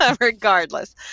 regardless